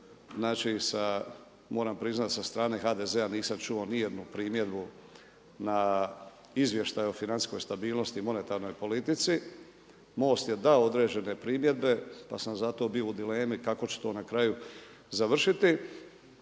znači moram priznati sa strane HDZ-a nisam čuo nijednu primjedbu na izvještaj o financijskoj stabilnosti i monetarnoj politici, MOST je dao određene primjedbe pa sam zato bio u dilemi kako će to na kraju završiti.